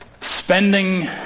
Spending